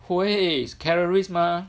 会 is calories mah